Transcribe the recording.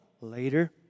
Later